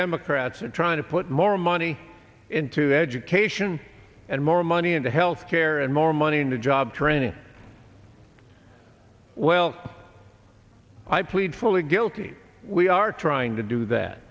democrats are trying to put more money into education and more money into health care and more money into job training well i plead fully guilty we are trying to do that